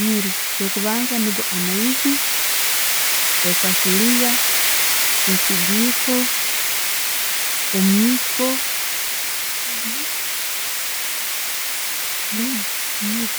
Ekyo'kubanza niigo amaiizi, essefuliya, ekijiko, omwiko.